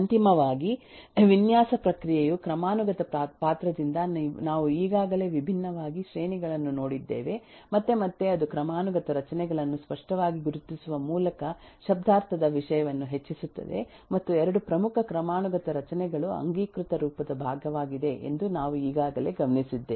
ಅಂತಿಮವಾಗಿ ವಿನ್ಯಾಸ ಪ್ರಕ್ರಿಯೆಯು ಕ್ರಮಾನುಗತ ಪಾತ್ರದಿಂದ ನಾವು ಈಗಾಗಲೇ ವಿಭಿನ್ನವಾಗಿ ಶ್ರೇಣಿಗಳನ್ನು ನೋಡಿದ್ದೇವೆ ಮತ್ತು ಮತ್ತೆ ಅದು ಕ್ರಮಾನುಗತ ರಚನೆಗಳನ್ನು ಸ್ಪಷ್ಟವಾಗಿ ಗುರುತಿಸುವ ಮೂಲಕ ಶಬ್ದಾರ್ಥದ ವಿಷಯವನ್ನು ಹೆಚ್ಚಿಸುತ್ತದೆ ಮತ್ತು 2 ಪ್ರಮುಖ ಕ್ರಮಾನುಗತ ರಚನೆಗಳು ಅಂಗೀಕೃತ ರೂಪದ ಭಾಗವಾಗಿದೆ ಎಂದು ನಾವು ಈಗಾಗಲೇ ಗಮನಿಸಿದ್ದೇವೆ